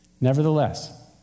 Nevertheless